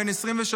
בן 23,